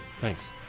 thanks